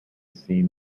seen